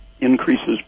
increases